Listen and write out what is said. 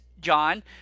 John